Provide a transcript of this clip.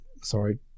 sorry